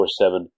24-7